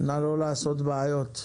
נא לא לעשות בעיות.